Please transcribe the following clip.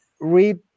read